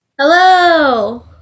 Hello